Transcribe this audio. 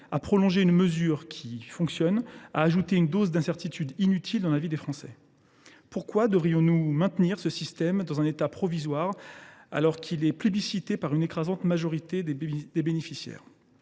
prolonger une mesure qui fonctionne et d’ajouter une dose d’incertitude inutile dans la vie des Français ? Pourquoi devrions nous maintenir ce système dans un état provisoire, alors qu’il est plébiscité par une écrasante majorité de ses bénéficiaires ?